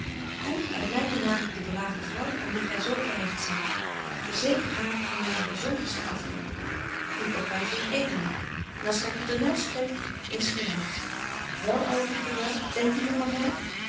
uit mynen naam de brave vrouw aan wie gy zo gehecht zyt verzeker haar van myne byzonderste achting groet ook myn vriend edeling en als gy pieternel betje wolff en aagje deken historie van mejuffrouw sara burgerhart spreekt insgelyks wel ouwe pieternel denkt die nog aan my